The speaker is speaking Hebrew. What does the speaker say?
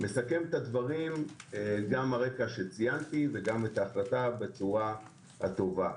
מסכמת את הדברים גם על הרקע שציינתי וגם את ההחלטה בצורה הטובה.